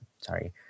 sorry